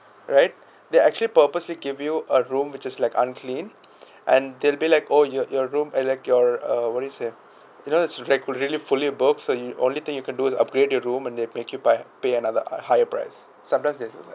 right they actually purposely give you a room which is like unclean and they'll be like oh you your room and like your uh what do you say you know it's re~ really fully booked so you only thing you can do is upgrade your room and they make you buy pay another higher price sometimes they